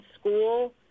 school